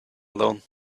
alone